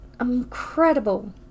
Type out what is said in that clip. Incredible